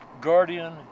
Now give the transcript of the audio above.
Guardian